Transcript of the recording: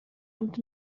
und